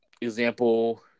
Example